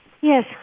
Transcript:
Yes